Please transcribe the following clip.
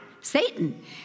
satan